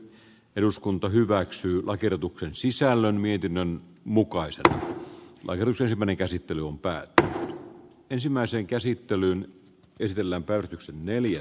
eduskunta hyväksyy lakiehdotuksen sisällön mietinnön mukaisen majerus ei mene käsittely on päättää ensimmäisen käsittelyn uudelle yhtiölle